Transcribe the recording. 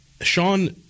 Sean